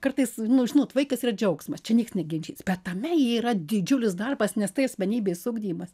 kartais nu žinot vaikas yra džiaugsmas čia nieks neginčys bet tame yra didžiulis darbas nes tai asmenybės ugdymas